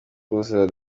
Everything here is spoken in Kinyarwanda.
kuzura